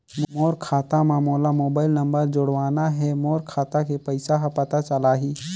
मोर खाता मां मोला मोबाइल नंबर जोड़वाना हे मोर खाता के पइसा ह पता चलाही?